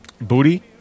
booty